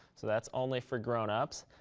so that's only for grownups.